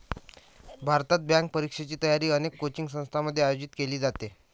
भारतात, बँक परीक्षेची तयारी अनेक कोचिंग संस्थांमध्ये आयोजित केली जाते